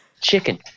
Chicken